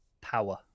power